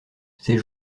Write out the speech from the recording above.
ces